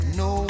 no